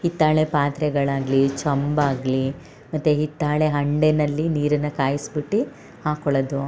ಹಿತ್ತಾಳೆ ಪಾತ್ರೆಗಳು ಆಗಲಿ ಚೊಂಬು ಆಗಲಿ ಮತ್ತು ಹಿತ್ತಾಳೆ ಹಂಡೆನಲ್ಲಿ ನೀರನ್ನು ಕಾಯಿಸಿಬಿಟ್ಟು ಹಾಕೊಳ್ಳೋದು